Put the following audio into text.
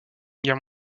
guerre